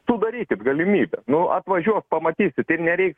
sudarykit galimybes nu atvažiuok pamatysit ir nereiks